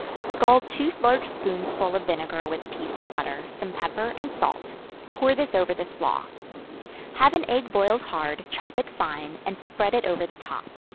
scald two large spoonsful of vinegar with a piece of butter, some pepper and salt pour this over the slaw have an egg boiled hard chop it fine, and spread it over the top.